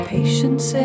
Patience